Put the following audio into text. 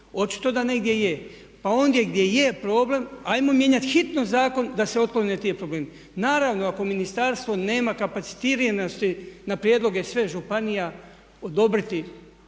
očito da negdje, pa ondje gdje je problem ajmo mijenjati hitno zakon da se otklone ti problemi. Naravno ako ministarstvo nema kapacitiranosti na prijedloge sve županija odobriti,